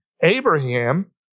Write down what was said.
Abraham